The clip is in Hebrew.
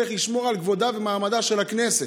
צריך לשמור על כבודה ועל מעמדה של הכנסת.